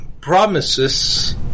promises